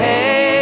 Hey